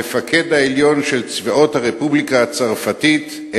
המפקד העליון של צבאות הרפובליקה הצרפתית,